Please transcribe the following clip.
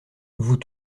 vous